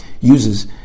uses